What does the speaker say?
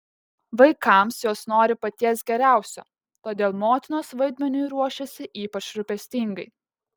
vaikams jos nori paties geriausio todėl motinos vaidmeniui ruošiasi ypač rūpestingai